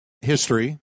history